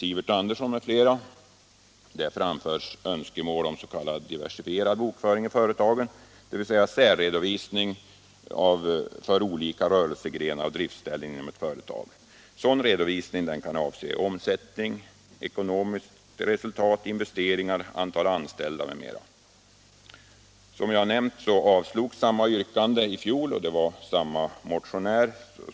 I fjol avslogs, som jag nämnt, samma yrkande från samma motionär.